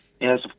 Yes